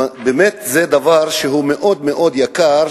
זה באמת דבר מאוד מאוד יקר,